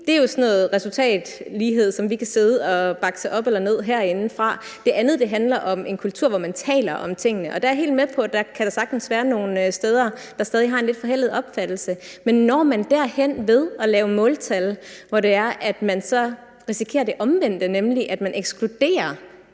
ene er jo sådan noget resultatlighed, som vi kan sidde og bakse op eller ned herindefra, og det andet handler om en kultur, hvor man taler om tingene. Jeg er da helt med på, at der sagtens kan være nogle steder, der stadig har en lidt forældet opfattelse, men når man til en ændring ved at lave måltal, hvor det er, at man risikerer det omvendte, nemlig at man ekskluderer